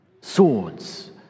Swords